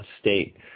state